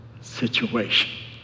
situation